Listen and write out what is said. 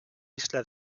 isla